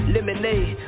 Lemonade